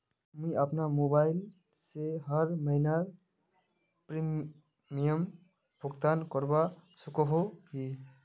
मुई अपना मोबाईल से हर महीनार प्रीमियम भुगतान करवा सकोहो ही?